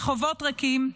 רחובות ריקים,